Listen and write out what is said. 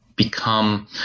become